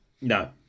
No